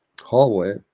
hallway